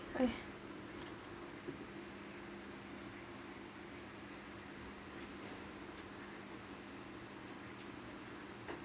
uh